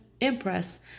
impress